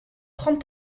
trente